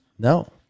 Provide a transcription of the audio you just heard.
No